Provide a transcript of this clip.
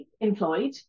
employed